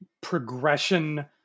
progression